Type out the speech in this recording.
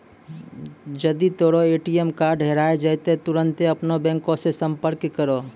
जदि तोरो ATM card हेराय जाय त तुरन्ते अपनो बैंको से संपर्क करो